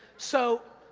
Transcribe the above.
so,